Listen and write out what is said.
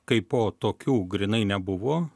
kaipo tokių grynai nebuvo